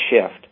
shift